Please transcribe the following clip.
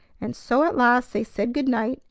and so at last they said good-night,